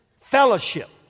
fellowship